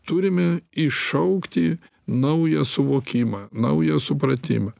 turime iššaukti naują suvokimą naują supratimą